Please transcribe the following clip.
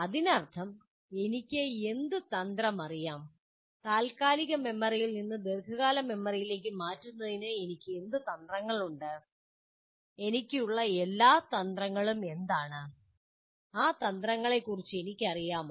അതിനർത്ഥം എനിക്ക് എന്ത് തന്ത്രം അറിയാം താൽക്കാലിക മെമ്മറിയിൽ നിന്ന് ദീർഘകാല മെമ്മറിയിലേക്ക് മാറ്റുന്നതിന് എനിക്ക് എന്ത് തന്ത്രങ്ങളുണ്ട് എനിക്ക് ഉള്ള എല്ലാ തന്ത്രങ്ങളും എന്താണ് ആ തന്ത്രങ്ങളെക്കുറിച്ച് എനിക്കറിയാമോ